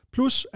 Plus